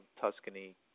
Tuscany